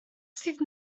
sydd